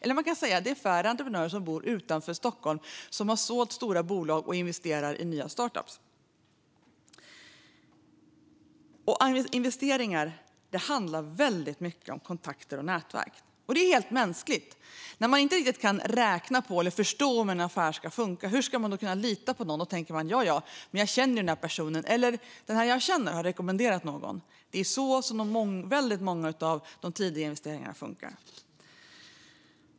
Man kan också säga att det är färre entreprenörer som bor utanför Stockholm och som har sålt stora bolag och investerar i nya startup-företag. Investeringar handlar väldigt mycket om kontakter och nätverk, och det är helt mänskligt. När man inte riktigt kan räkna på eller förstå om en affär ska funka, hur ska man då kunna lita på någon? Då tänker man jaja, men jag känner ju den här personen, eller så har en person man känner rekommenderat någon. Det är så väldigt många av de tidiga investeringarna funkar.